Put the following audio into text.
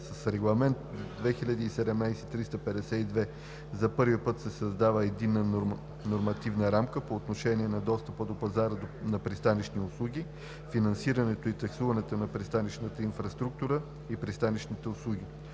С Регламент (ЕС) 2017/352 за първи път се създава единна нормативна рамка по отношение на достъпа до пазара на пристанищни услуги, финансирането и таксуването на пристанищната инфраструктура и пристанищните услуги.